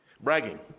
bragging